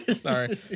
sorry